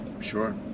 Sure